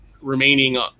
remaining